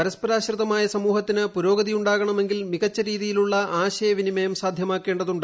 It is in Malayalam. പരസ്പരാശ്രിതമായ സമൂഹത്തിന് പുരോഗതിയുണ്ടാകണമെങ്കിൽ മികച്ച രീതിയിലുള്ള ആശയവിനിമയം സാധ്യമാക്കേണ്ടതുണ്ട്